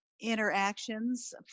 interactions